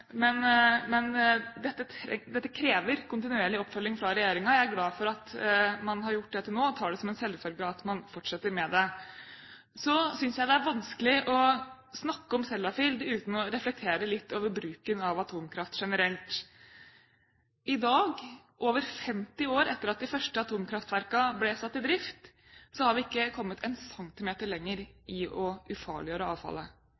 men dette krever kontinuerlig oppfølging fra regjeringen. Jeg er glad for at man har gjort det til nå, og tar det som en selvfølge at man fortsetter med det. Jeg synes det er vanskelig å snakke om Sellafield uten å reflektere litt over bruken av atomkraft generelt. I dag, over 50 år etter at de første atomkraftverkene ble satt i drift, har vi ikke kommet en centimeter lenger i å ufarliggjøre avfallet.